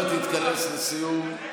השר אמסלם, אנא, תתכנס לסיום, בבקשה.